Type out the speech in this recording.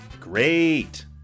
Great